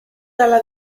dalla